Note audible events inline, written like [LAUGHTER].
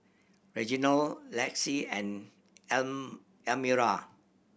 Reginald Lexi and [UNINTELLIGIBLE] Elmyra